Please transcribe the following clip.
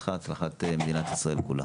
הצלחתך הצלחת מדינת ישראל כולה.